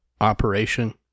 Operation